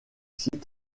sites